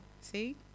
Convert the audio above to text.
see